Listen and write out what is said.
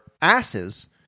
asses